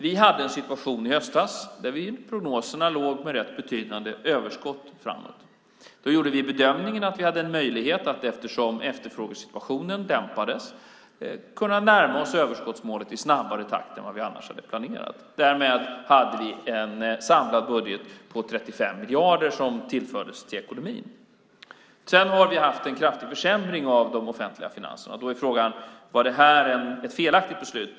Vi hade en situation i höstas där vi i prognoserna låg med rätt betydande överskott framåt. Då gjorde vi bedömningen att vi eftersom efterfrågesituationen dämpades hade möjlighet att närma oss överskottsmålet i snabbare takt än vi annars hade planerat. Därmed hade vi en samlad budget på 35 miljarder som tillfördes till ekonomin. Sedan har vi haft en kraftig försämring av de offentliga finanserna. Då är frågan: Var det här ett felaktigt beslut?